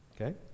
Okay